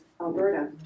Alberta